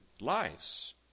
lives